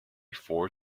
for